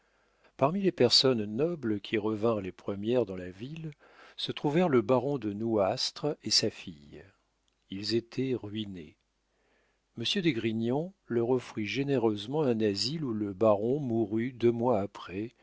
parmi les personnes nobles qui revinrent les premières dans la ville se trouvèrent le baron de nouastre et sa fille ils étaient ruinés monsieur d'esgrignon leur offrit généreusement un asile où le baron mourut deux mois après